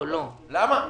למה?